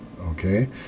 okay